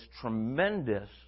tremendous